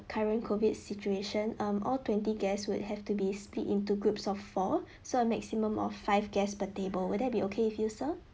current COVID situation um all twenty guests would have to be split into groups of four so a maximum of five guests per table will that be okay with your sir